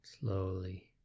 slowly